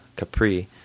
capri